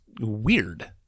weird